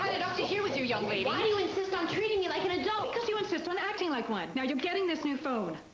it up to here with you, young lady! why do you insist on treating me like an adult? because you insist on acting like one! now you're getting this new phone.